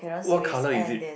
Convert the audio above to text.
what colour is it